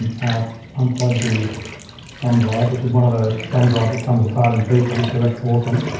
and i'll unplug the thumb drive which is one of those thumb drives that comes apart in pieces so that's awesome.